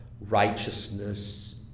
righteousness